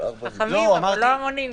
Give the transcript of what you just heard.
חכמים אבל לא המונים.